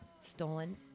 stolen